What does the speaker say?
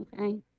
Okay